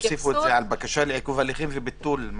וגם תוסיפו את זה על בקשה לעיכוב הליכים וביטול.